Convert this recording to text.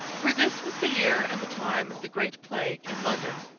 for, this was the year and the time of the great plague in london.